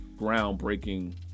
groundbreaking